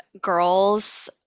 girls